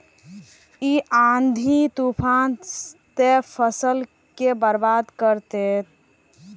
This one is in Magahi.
इ आँधी तूफान ते फसल के बर्बाद कर देते?